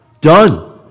Done